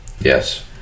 yes